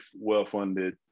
well-funded